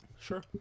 Sure